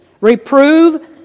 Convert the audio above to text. Reprove